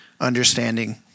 understanding